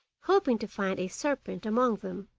hoping to find a serpent among them.